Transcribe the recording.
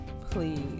please